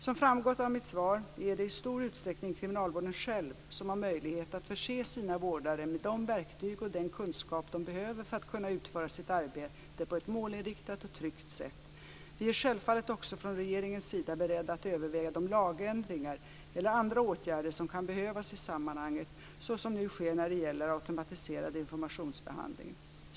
Som framgått av mitt svar är det i stor utsträckning kriminalvården själv som har möjlighet att förse sina vårdare med de verktyg och den kunskap de behöver för att kunna utföra sitt arbete på ett målinriktat och tryggt sätt. Vi är självfallet också från regeringens sida beredda att överväga de lagändringar eller andra åtgärder som kan behövas i sammanhanget, såsom nu sker när det gäller automatiserad informationsbehandling.